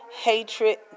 hatred